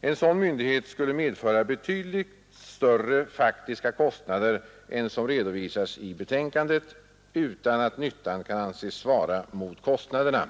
En sådan myndighet skulle medföra betydligt större faktiska kostnader än som redovisas i betänkandet, utan att nyttan kan anses svara mot kostnaderna.